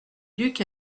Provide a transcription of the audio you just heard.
duc